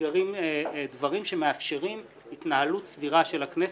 נסגרים דברים שמאפשרים התנהלות סבירה של הכנסת,